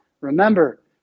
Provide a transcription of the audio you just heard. remember